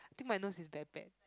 think my nose is very bad